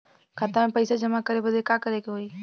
खाता मे पैसा जमा करे बदे का करे के होई?